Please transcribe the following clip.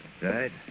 Right